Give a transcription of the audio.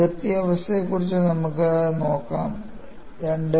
അതിർത്തി അവസ്ഥയെക്കുറിച്ച് നമുക്ക് നോക്കാം 2